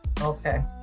Okay